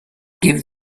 give